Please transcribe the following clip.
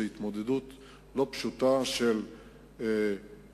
זאת התמודדות לא פשוטה של הרשויות,